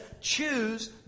choose